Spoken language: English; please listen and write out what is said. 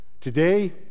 Today